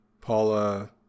Paula